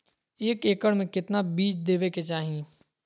एक एकड़ मे केतना बीज देवे के चाहि?